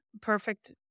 Perfect